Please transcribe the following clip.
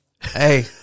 Hey